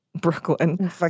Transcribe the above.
Brooklyn